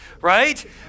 right